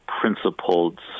principled